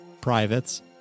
privates